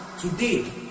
Today